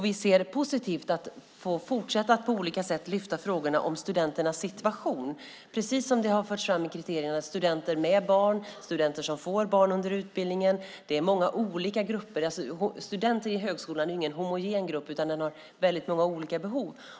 Vi ser positivt på att på olika sätt få fortsätta att lyfta upp frågorna om studenternas situation. I kriterierna har man lyft fram studenter med barn och studenter som får barn under utbildningen. Det finns många olika grupper. Studenter i högskolan är ju ingen homogen grupp. De har många olika behov.